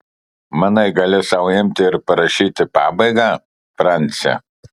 manai gali sau imti ir parašyti pabaigą franci